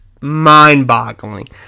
mind-boggling